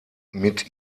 mit